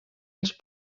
els